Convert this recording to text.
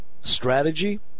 Strategy